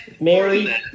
Mary